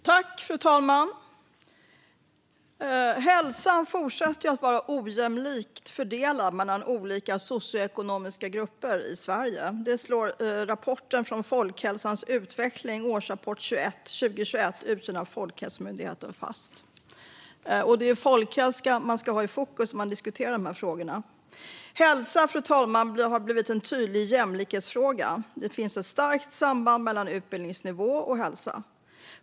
Fru talman! Hälsan fortsätter att vara ojämlikt fördelad mellan olika socioekonomiska grupper i Sverige. Det slår rapporten Folkhälsans utveckling Årsrapport 2021 , utgiven av Folkhälsomyndigheten, fast. Det är folkhälsa man ska ha i fokus när man diskuterar de här frågorna. Hälsa har, fru talman, blivit en tydlig jämlikhetsfråga. Det finns ett starkt samband mellan utbildningsnivå och hälsa.